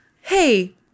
hey